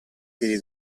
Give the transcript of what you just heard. piedi